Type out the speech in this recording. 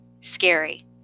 scary